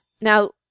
Now